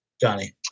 Johnny